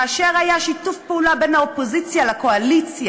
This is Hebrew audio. כאשר היה שיתוף פעולה בין האופוזיציה לקואליציה